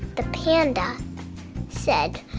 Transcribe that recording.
the panda said,